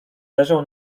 leżał